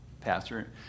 pastor